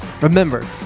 Remember